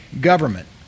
government